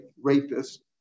rapist